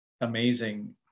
amazing